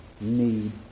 need